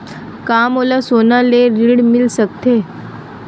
का मोला सोना ले ऋण मिल सकथे?